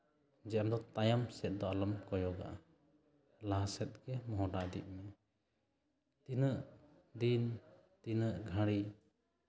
ᱡᱮ ᱟᱢᱫᱚ ᱛᱟᱭᱚᱢ ᱥᱮᱜ ᱫᱚ ᱟᱞᱚᱢ ᱠᱚᱭᱚᱜᱟ ᱞᱟᱦᱟ ᱥᱮᱫ ᱜᱮ ᱢᱚᱦᱰᱟ ᱤᱫᱤᱜ ᱢᱮ ᱛᱤᱱᱟᱹᱜ ᱫᱤᱱ ᱛᱤᱱᱟᱹᱜ ᱜᱷᱟᱹᱲᱤ